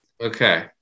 okay